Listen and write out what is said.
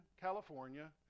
California